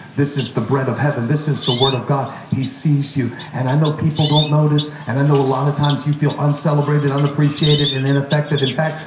this is the bread of heaven. this is the word of god. he sees you. and i know people don't notice, and i know a lot of times you feel uncelebrated, unappreciated, and ineffective. in fact,